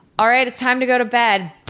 alright it's time to go to bed.